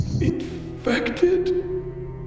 Infected